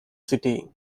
city